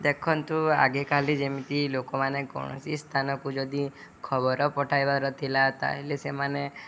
ଦେଖନ୍ତୁ ଆଗକାଳେ ଯେମିତି ଲୋକମାନେ କୌଣସି ସ୍ଥାନକୁ ଯଦି ଖବର ପଠାଇବାର ଥିଲା ତା'ହେଲେ ସେମାନେ